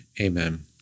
Amen